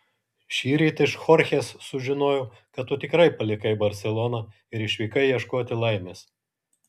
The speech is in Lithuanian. šįryt iš chorchės sužinojau kad tu tikrai palikai barseloną ir išvykai ieškoti laimės